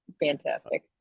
fantastic